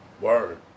Word